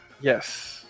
yes